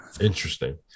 Interesting